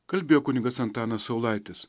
kalbėjo kunigas antanas saulaitis